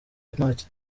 ntacyo